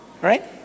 Right